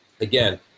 Again